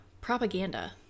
propaganda